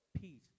peace